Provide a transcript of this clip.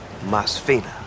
Masfina